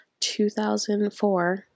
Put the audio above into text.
2004